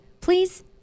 please